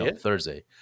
Thursday